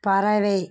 பறவை